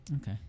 Okay